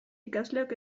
ikasleok